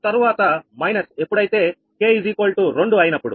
తరువాత మైనస్ ఎప్పుడైతే k2 అయినప్పుడు